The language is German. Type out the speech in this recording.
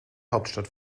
hauptstadt